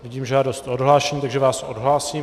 Vidím žádost o odhlášení, takže vás odhlásím.